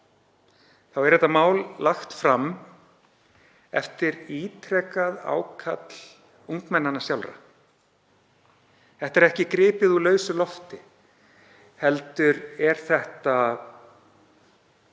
er þetta mál lagt fram eftir ítrekað ákall ungmennanna sjálfra. Þetta er ekki gripið úr lausu lofti heldur er þetta krafa